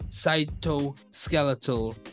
cytoskeletal